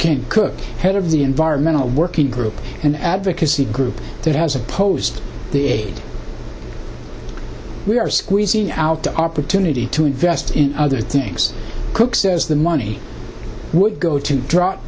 can cook head of the environmental working group an advocacy group that has opposed the aid we are squeezing out the opportunity to invest in other things cook says the money would go to dro